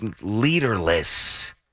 leaderless